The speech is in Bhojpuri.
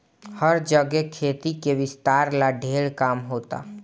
हर जगे खेती के विस्तार ला ढेर काम होता